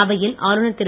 அவையில் ஆளுநர் திரு